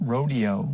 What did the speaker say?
Rodeo